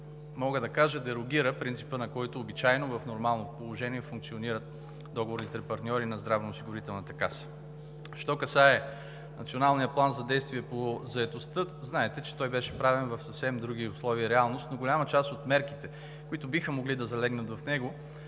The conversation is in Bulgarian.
мога да кажа, ще се дерогира принципът, на който обичайно, в нормално положение, функционират договорните партньори на Здравноосигурителната каса. Що се касае до Националния план за действие по заетостта. Знаете, че той беше правен в съвсем други условия и реалност, но голяма част от мерките, които биха могли да залегнат в него,